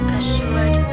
Assured